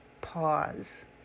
pause